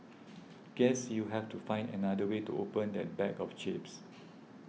guess you have to find another way to open that bag of chips